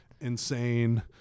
insane